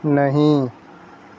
नहीं